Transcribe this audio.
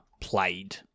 played